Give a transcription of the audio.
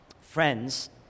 friends